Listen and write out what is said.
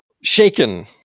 shaken